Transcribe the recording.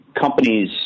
companies